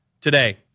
today